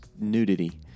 nudity